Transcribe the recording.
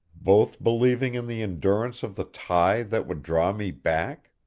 both believing in the endurance of the tie that would draw me back?